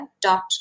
dot